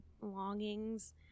longings